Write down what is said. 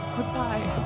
Goodbye